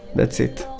that's it.